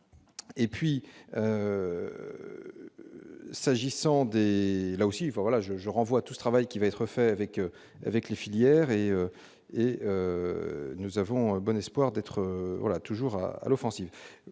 et puis s'agissant des là aussi, voilà je je renvoie tout ce travail qui va être fait avec avec les filières et et nous avons bon espoir d'être là, toujours à l'offensive,